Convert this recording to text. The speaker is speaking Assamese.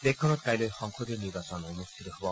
দেশখনত কাইলৈ সংসদীয় নিৰ্বাচন অনুষ্ঠিত হব